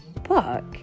book